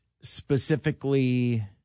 specifically